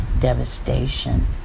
devastation